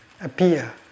appear